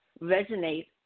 resonate